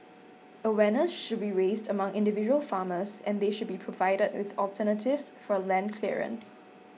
awareness should be raised among individual farmers and they should be provided with alternatives for land clearance